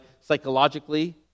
psychologically